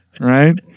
right